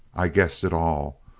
i guessed it all.